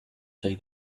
take